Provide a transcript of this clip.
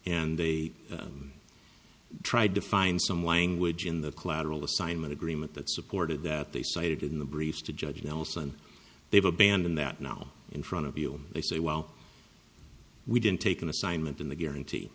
and they tried to find some language in the collateral assignment agreement that supported that they cited in the briefs to judge nelson they've abandoned that now in front of you they say well we didn't take an assignment in the guarant